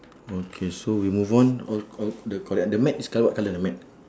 okay so we move on all all the correct the mat is col~ what colour the mat